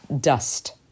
dust